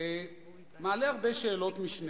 הרבה שאלות-משנה,